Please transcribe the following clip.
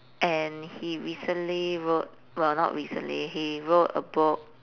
and he recently wrote well not recently he wrote a book